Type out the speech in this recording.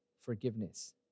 forgiveness